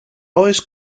oes